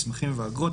מסמכים ואגרות),